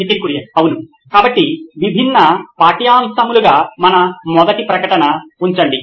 Nitin Kurian COO నోయిన్ electronics అవును కాబట్టి విభిన్న పాఠ్యాంశములుగా మన మొదటి ప్రకటన ఉంచండి